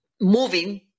moving